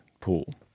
pool